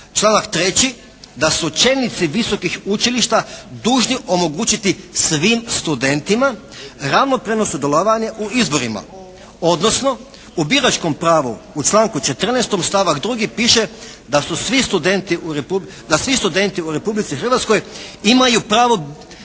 članak 3. da su čelnici visokih učilišta dužni omogućiti svim studentima ravnopravno sudjelovanje u izborima, odnosno u biračkom pravu u članku 14. stavak 2. piše da svi studenti u Republici Hrvatskoj imaju pravo